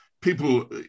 people